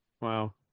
wow